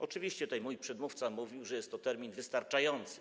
Oczywiście mój przedmówca mówił, że jest to termin wystarczający.